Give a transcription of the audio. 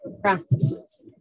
practices